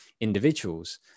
individuals